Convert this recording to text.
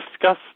discuss